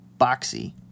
boxy